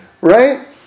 Right